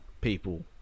people